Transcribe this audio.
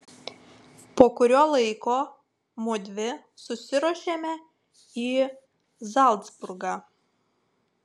po kurio laiko mudvi susiruošėme į zalcburgą